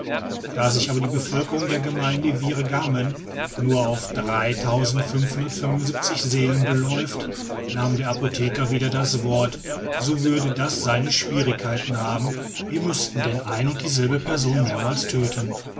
da sich aber die bevölkerung der gemeinde virgamen nur auf seelen beläuft nahm der apotheker wieder das wort so würde das seine schwierigkeiten haben wir müßten denn ein und dieselbe person mehrmals tödten